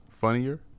funnier